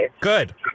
Good